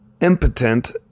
impotent